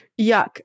Yuck